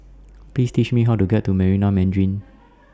Please teach Me How to get to Marina Mandarin